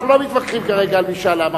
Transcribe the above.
אנחנו לא מתווכחים כרגע על משאל עם,